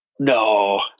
No